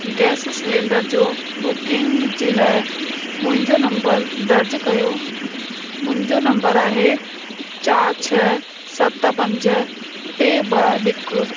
gas cylinder जो booking जे लाइ मुंहिंजो नम्बर दर्ज कयो मुंहिंजो नम्बर आहे चारि छह सत पंज टे ॿ हिकु